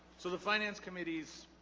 so the finance committee's